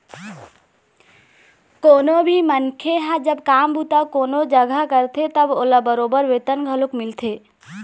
कोनो भी मनखे ह जब काम बूता कोनो जघा करथे तब ओला बरोबर बेतन घलोक मिलथे